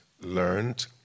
learned